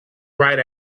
right